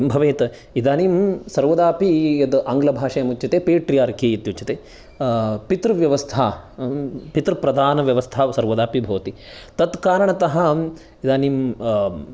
किं भवेत् इदानीं सर्वदापि यत् आङ्गलभाषायां उच्यते पेट्रियार्कि इत्युच्यते पितृव्यवस्था पितृप्रधानव्यवस्था सर्वदापि भवति तत् कारणतः इदानीं